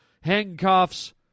handcuffs